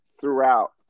throughout